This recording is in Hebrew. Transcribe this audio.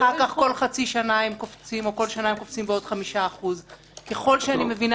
אחר כך כל חצי שנה או שנה הם קופצים בעוד 5%. ככל שאני מבינה,